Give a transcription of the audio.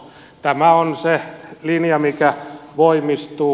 tämä on se linja mikä voimistuu